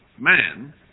man